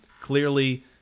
clearly